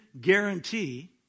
guarantee